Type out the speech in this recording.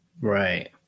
Right